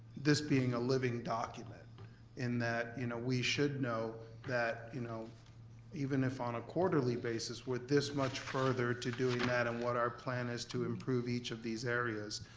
this being a living document in that we should know that, you know even if on a quarterly basis, we're this much further to doing that, and what our plan is to improve each of these areas.